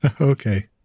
Okay